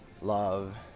love